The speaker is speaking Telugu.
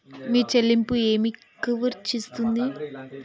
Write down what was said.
మీ చెల్లింపు ఏమి కవర్ చేస్తుంది?